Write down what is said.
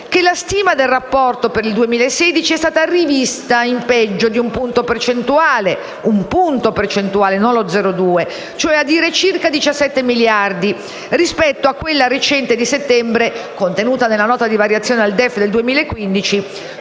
la stima del rapporto per il 2016 è stata rivista in peggio di un punto percentuale (un punto percentuale e non lo 0,2), ovvero circa 17 miliardi, rispetto a quella recente di settembre, contenuta nella Nota di variazione al DEF 2015,